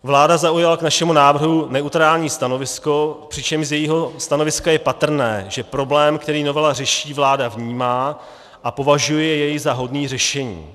Vláda zaujala k našemu návrhu neutrální stanovisko, přičemž z jejího stanoviska je patrné, že problém, který novela řeší, vláda vnímá a považuje jej za hodný řešení.